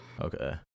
okay